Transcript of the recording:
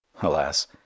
Alas